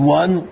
one